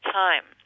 time